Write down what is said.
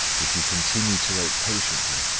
if you continue to wait patiently,